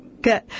Good